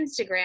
Instagram